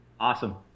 Awesome